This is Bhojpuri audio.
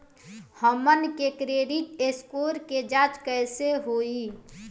हमन के क्रेडिट स्कोर के जांच कैसे होइ?